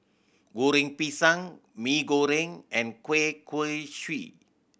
Goreng Pisang Mee Goreng and kueh kosui